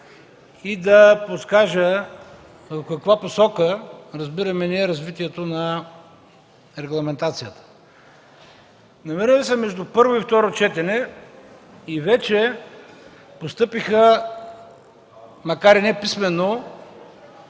и да подскажа в каква посока разбираме ние развитието на регламентацията. Намираме се между първо и второ четене и вече постъпиха, макар и не писмено,